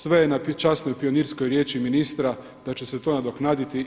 Sve je na časnoj i pionirskoj riječi ministra da će se to nadoknaditi.